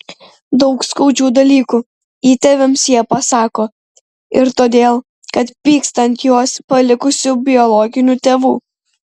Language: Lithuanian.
daug skaudžių dalykų įtėviams jie pasako ir todėl kad pyksta ant juos palikusių biologinių tėvų